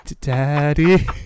daddy